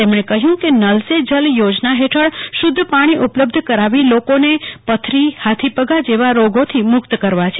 તેમણે કહ્યું કે નલ સે જલ યોજના હેઠળ શુદ્ધ પાણી ઉપલબ્ધ કરાવી લોકોને પથરી હાથીપગા જેવા રોગથી મુક્ત કરવા છે